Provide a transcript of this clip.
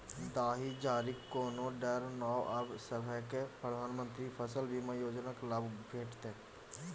दाही जारीक कोनो डर नै आब सभकै प्रधानमंत्री फसल बीमा योजनाक लाभ भेटितै